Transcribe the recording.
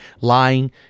lying